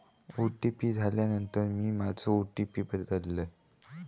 OTP इल्यानंतर मी माझो ओ.टी.पी बदललय